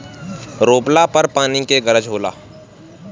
रोपला पर पानी के गरज होला